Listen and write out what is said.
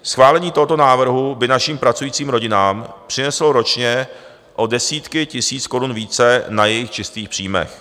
Schválení tohoto návrhu by našim pracujícím rodinám přineslo ročně o desítky tisíc korun více na jejich čistých příjmech.